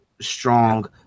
strong